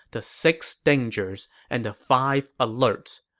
the six dangers, and the five alerts.